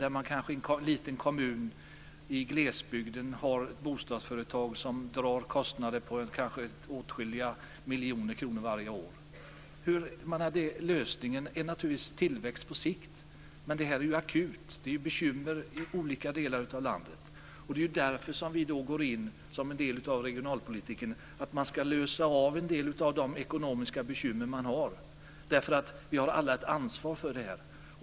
Det kan röra sig om en liten kommun i glesbygden som har ett bostadsföretag som drar kostnader på åtskilliga miljoner kronor varje år. Lösningen på sikt är naturligtvis tillväxt. Men problemen i olika delar av landet är ju akuta. Det är därför som vi, som en del av regionalpolitiken, går in och hjälper till att lösa de ekonomiska bekymmer som man har. Vi har alla ett ansvar för detta.